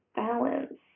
balance